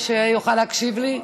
איפה השר שיוכל להקשיב לי?